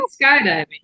skydiving